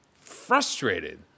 frustrated